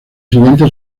siguiente